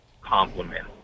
compliment